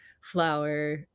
flower